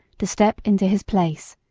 to step into his place.